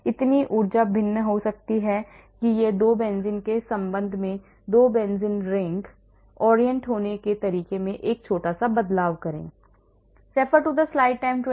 इतनी ऊर्जा भिन्न हो सकती है कि इन दो बेंजीनों के संबंध में ये दो benzene rings orient होने के तरीके में एक छोटा सा बदलाव करें